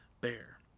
bear